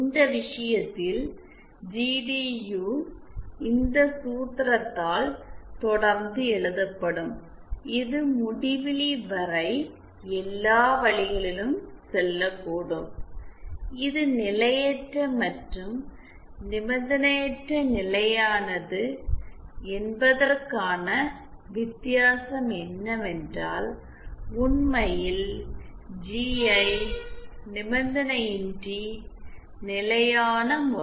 இந்த விஷயத்தில் ஜிடியு இந்த சூத்திரத்தால் தொடர்ந்து எழுதப்படும் இது முடிவிலி வரை எல்லா வழிகளிலும் செல்லக்கூடும் நிலையற்ற மற்றும் நிபந்தனையற்ற நிலையானது என்பதற்கான வித்தியாசம் என்னவென்றால் உண்மையில் ஜிஐ நிபந்தனையின்றி நிலையான முறை